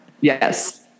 Yes